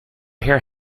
hair